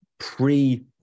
pre